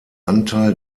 anteil